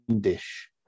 dish